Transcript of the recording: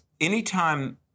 anytime